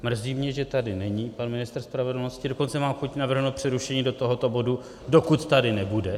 Mrzí mě, že tady není pan ministr spravedlnosti, dokonce mám chuť navrhnout přerušení tohoto bodu, dokud tady nebude.